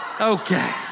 Okay